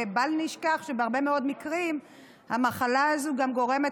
ובל נשכח שבהרבה מאוד מקרים המחלה הזאת גם גורמת